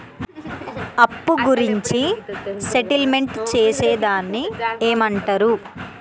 అప్పు గురించి సెటిల్మెంట్ చేసేదాన్ని ఏమంటరు?